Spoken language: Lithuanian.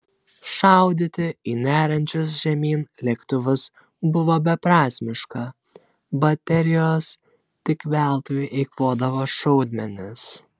šaudyti į neriančius žemyn lėktuvus buvo beprasmiška baterijos tik veltui eikvodavo šaudmenis